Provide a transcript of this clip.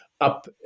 up